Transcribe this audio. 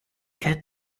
cat